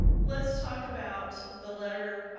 let's talk about the letter